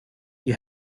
you